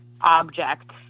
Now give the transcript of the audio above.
object